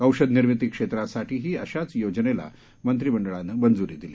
औषधनिर्मिती क्षेत्रासाठीही अशाच योजनेला मंत्रीमंडळानं मंजुरी दिली